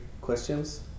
questions